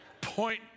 Point